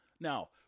Now